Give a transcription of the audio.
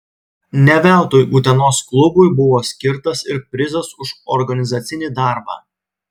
ne veltui utenos klubui buvo skirtas ir prizas už organizacinį darbą